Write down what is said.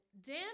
Dan